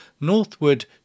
northward